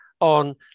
on